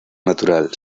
natural